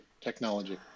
technology